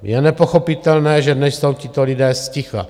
Je nepochopitelné, že dnes jsou tito lidé zticha.